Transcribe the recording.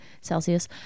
Celsius